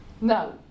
No